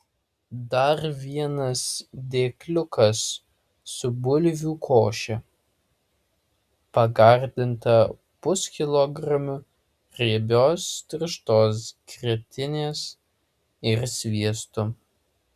dar vienas dėkliukas su bulvių koše pagardinta puskilogramiu riebios tirštos grietinės ir sviestu